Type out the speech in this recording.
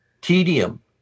tedium